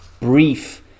brief